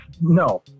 No